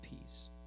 peace